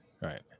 right